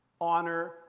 honor